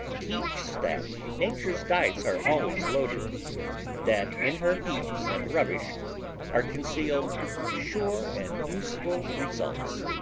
teach that nature's dice are always loaded that in her heaps and rubbish are concealed sure and useful results.